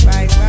Right